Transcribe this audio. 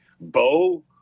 Bo